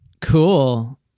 cool